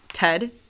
Ted